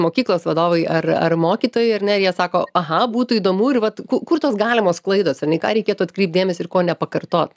mokyklos vadovai ar ar mokytojai ar ne jie sako aha būtų įdomu ir vat kur tos galimos klaidos ką reikėtų atkreipt dėmesį ir ko nepakartot